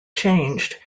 changed